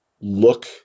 look